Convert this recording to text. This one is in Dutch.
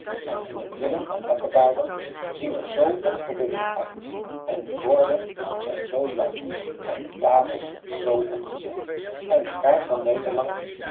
en hunne brillen en bakkebaarden zien er zoo onverbiddelijk uit en de borden zijn zoo zwart en de tafels zoo ongezellig en de kaart van nederland